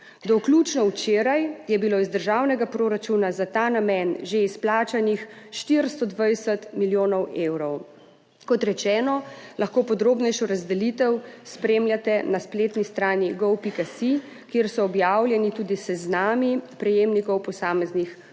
Do vključno včeraj je bilo iz državnega proračuna za ta namen že izplačanih 420 milijonov evrov. Kot rečeno, lahko podrobnejšo razdelitev spremljate na spletni strani gov.si, kjer so objavljeni tudi seznami prejemnikov posameznih